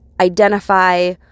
identify